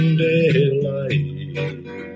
daylight